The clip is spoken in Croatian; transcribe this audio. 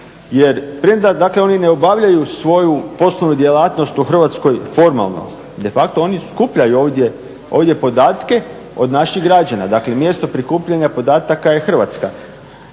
Jer premda dakle oni ne obavljaju svoju poslovnu djelatnost u Hrvatskoj formalno, de facto oni skupljaju ovdje podatke od naših građana. Dakle, mjesto prikupljanja podataka je Hrvatska.